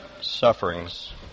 sufferings